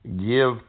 Give